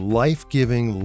life-giving